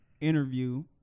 interview